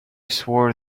swore